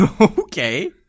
Okay